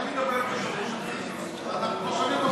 אתה מדבר, ואנחנו לא שומעים אותך.